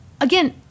Again